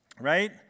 right